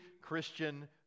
Christian